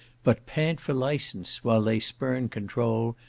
but pant for licence, while they spurn controul,